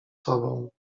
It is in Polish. sobą